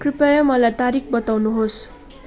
कृपया मलाई तारिख बताउनुहोस्